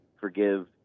forgive